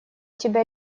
тебя